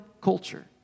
culture